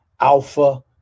alpha